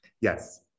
Yes